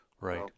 Right